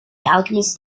alchemist